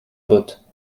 botte